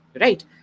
right